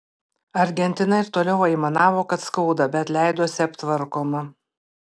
argentina ir toliau aimanavo kad skauda bet leidosi aptvarkoma